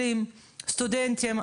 עניין הסטודנטים הוא די דרמטי.